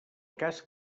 cas